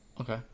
Okay